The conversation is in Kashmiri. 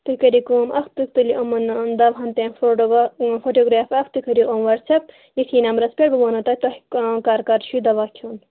تُہۍ کٔرِو کٲم اکَھ تُہۍ تُلِو یِمن دَوہَن فوٹوٗگَرٛاف اَکھ تُہۍ کٔرِو یِم واٹٕس اَپ ییٚتھی نَمبرَس پٮ۪ٹھ بہٕ ونو تۅہہِ کر کر چھُ یہِ دواہ کھٮ۪ون